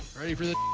ready for this